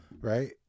Right